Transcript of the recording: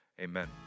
amen